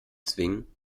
zwingen